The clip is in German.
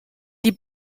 die